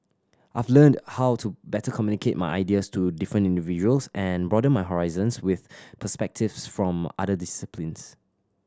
I've learnt how to better communicate my ideas to different individuals and broaden my horizons with perspectives from other disciplines